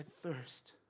thirst